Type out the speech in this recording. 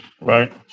Right